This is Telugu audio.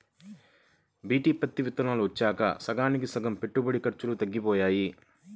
బీటీ పత్తి విత్తనాలు వచ్చినాక సగానికి సగం పెట్టుబడి ఖర్చులు తగ్గిపోయాయి